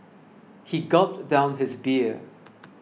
he gulped down his beer